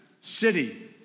city